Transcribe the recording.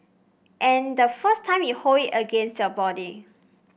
and the first time you hold it against your body